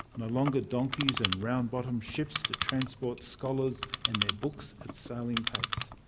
no longer donkeys and round-bottomed ships to transport scholars and their books at sailing pace.